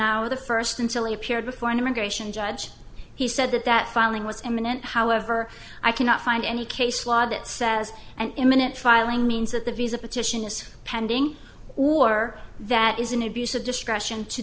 hour the first until he appeared before an immigration judge he said that that filing was imminent however i cannot find any case law that says an imminent filing means that the visa petition is pending or that is an abuse of discretion to